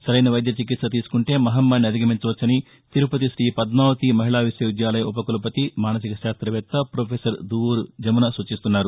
సరైన వైద్య చికిత్స తీసుకుంటే మహమ్మారిని అధిగమించవచ్చని తిరుపతి శ్రీ పద్మావతి మహిళా విశ్వవిద్యాలయ ఉప కులపతి మానసిక శాస్తవేత్త ప్రొఫెసర్ దువ్వూరు జమున సూచిస్తున్నారు